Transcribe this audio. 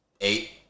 eight